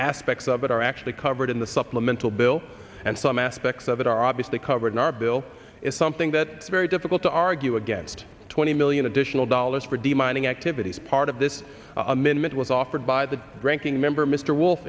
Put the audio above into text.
aspects of it are actually covered in the supplemental bill and some aspects of it are obviously covered in our bill is something that very difficult to argue against twenty million additional dollars for demining activities part of this amendment was offered by the ranking member mr wolf